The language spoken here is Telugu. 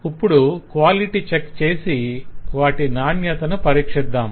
ఇప్పడు క్వాలిటీ చెక్ చేసి వాటి నాణ్యతను పరీక్షిద్దాం